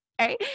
right